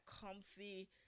comfy